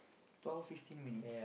twelve fifteen minutes